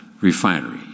refinery